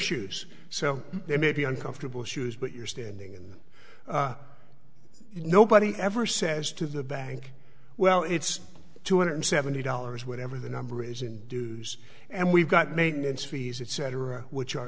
shoes so there may be uncomfortable issues but you're standing in nobody ever says to the bank well it's two hundred seventy dollars whatever the number is in dues and we've got maintenance fees et cetera which are